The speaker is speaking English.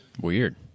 Weird